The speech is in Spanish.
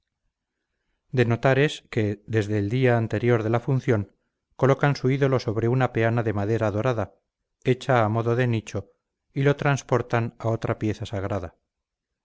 de notar es que desde el día anterior de la función colocan su ídolo sobre una peana de madera dorada hecha a modo de nicho y lo transportan a otra pieza sagrada